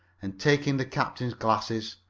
and, taking the captain's glasses,